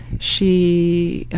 she,